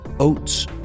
oats